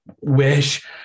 wish